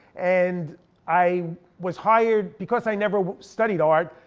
and i was hired because i never studied art.